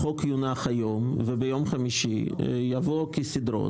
החוק יונח היום וביום חמישי יבוא כסדרו.